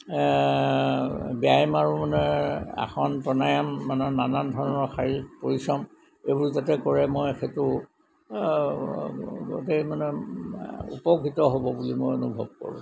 ব্যায়াম আৰু মানে আসন প্ৰণায়াম মানে নানান ধৰণৰ শাৰীৰিক পৰিশ্ৰম এইবোৰ যাতে কৰে মই সেইটো গোটেই মানে উপকৃত হ'ব বুলি মই অনুভৱ কৰোঁ